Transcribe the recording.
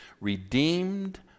Redeemed